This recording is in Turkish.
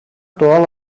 doğal